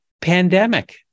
pandemic